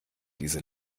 diese